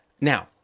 Now